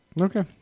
Okay